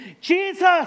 Jesus